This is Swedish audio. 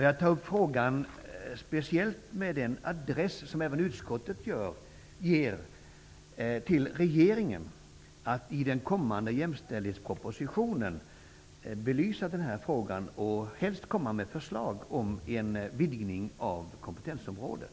Jag tar upp frågan med speciell adress till regeringen -- liksom utskottet -- att i den kommande jämställdhetspropositionen belysa den här frågan och helst lägga fram förslag om vidgning av kompetensområdet.